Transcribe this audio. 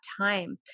time